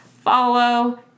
follow